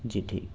جی ٹھیک